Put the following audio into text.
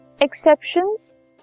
exceptions